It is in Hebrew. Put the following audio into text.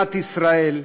במדינת ישראל,